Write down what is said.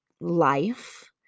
life